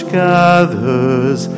gathers